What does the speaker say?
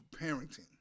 parenting